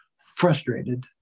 frustrated